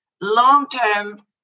long-term